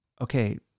okay